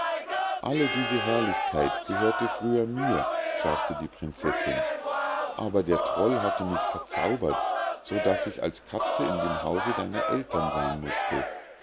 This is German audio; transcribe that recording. alle diese herrlichkeit gehörte früher mir sagte die prinzessinn aber der troll hatte mich verzaubert so daß ich als katze in dem hause deiner ältern sein mußte